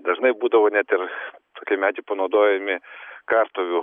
dažnai būdavo net ir tokie medžių panaudojami kartuvių